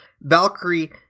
Valkyrie